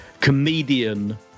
comedian